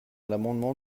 l’amendement